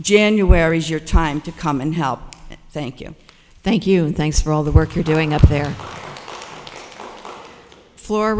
january's your time to come and help thank you thank you thanks for all the work you're doing up there f